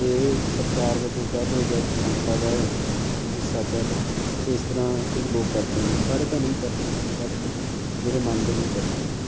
ਅਤੇ ਇਹ ਇੱਕ ਸਤਿਕਾਰ ਵਜੋਂ ਕਹਿ ਲਉ ਜਾਂ ਇੱਕ ਪਰੰਪਰਾ ਦਾ ਹਿੱਸਾ ਕਹਿ ਲਉ ਅਤੇ ਇਸ ਤਰ੍ਹਾਂ ਕੁਝ ਲੋਕ ਕਰਦੇ ਨੇ ਸਾਰੇ ਤਾਂ ਨਹੀਂ ਕਰਦੇ ਬਟ ਜਿਹੜੇ ਮੰਨਦੇ ਨੇ ਉਹ ਕਰਦੇ ਨੇ